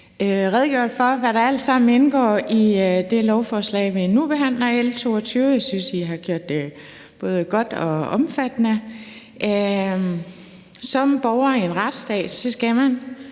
redegjort for, hvad der alt sammen indgår i det lovforslag, vi nu behandler, L 22. Jeg synes, I har gjort det både godt og omfattende. Som borgere i en retsstat skal man